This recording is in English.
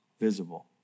visible